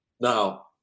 Now